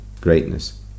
greatness